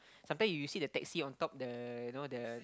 sometimes you see the taxi on top the you know the